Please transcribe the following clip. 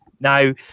Now